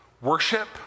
worship